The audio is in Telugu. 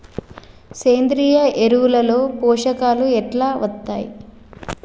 సేంద్రీయ ఎరువుల లో పోషకాలు ఎట్లా వత్తయ్?